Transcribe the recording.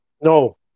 No